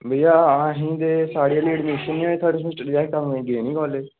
मिगी असें साढ़ी ते अजें ऐडमिशन गै नेईं होई थर्ड सेमेस्टर दी अस अदूं दे गे निं कालेज